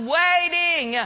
waiting